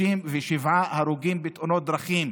37 הרוגים בתאונות דרכים,